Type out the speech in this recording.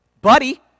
buddy